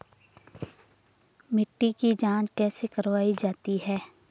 मिट्टी की जाँच कैसे करवायी जाती है?